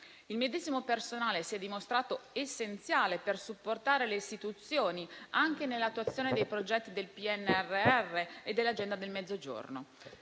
Il medesimo personale si è dimostrato essenziale per supportare le istituzioni anche nell'attuazione dei progetti del PNRR e dell'Agenda del Mezzogiorno.